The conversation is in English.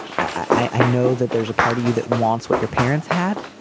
i know that there's a part of you that wants what your parents had.